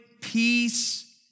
peace